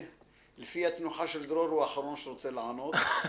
לפי התנוחה של דרור הוא האחרון שרוצה לענות.